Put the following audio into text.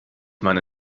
meine